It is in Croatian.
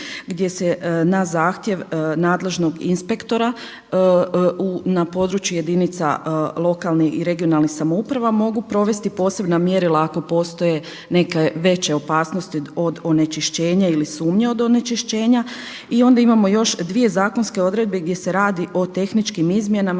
gdje se na zahtjev nadležnog inspektora na području jedinica lokalnih i regionalnih samouprava mogu provesti posebna mjerila ako postoje neke veće opasnosti od onečišćenja ili sumnje od onečišćenja. I onda imamo još dvije zakonske odredbe gdje se radi o tehničkim izmjenama,